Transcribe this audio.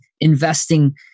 investing